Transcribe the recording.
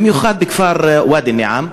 במיוחד בכפר ואדי-אל-נעם,